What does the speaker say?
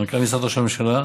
מנכ"ל משרד ראש הממשלה,